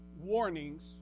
warnings